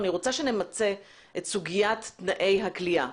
אני רוצה שנמצה את סוגית תנאי הכליאה.